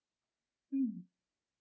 hmm